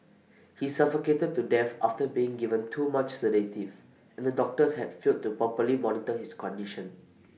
he suffocated to death after being given too much sedative and the doctors had failed to properly monitor his condition